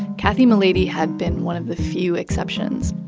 kathy mulady had been one of the few exemptions.